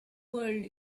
world